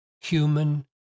human